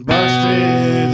Busted